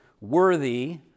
worthy